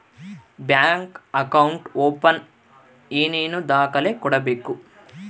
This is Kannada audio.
ಬ್ಯಾಂಕ್ ಅಕೌಂಟ್ ಓಪನ್ ಏನೇನು ದಾಖಲೆ ಕೊಡಬೇಕು?